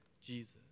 Jesus